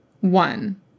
One